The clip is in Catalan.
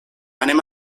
anem